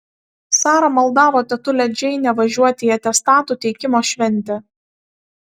sara maldavo tetulę džeinę važiuoti į atestatų teikimo šventę